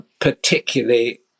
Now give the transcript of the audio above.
particularly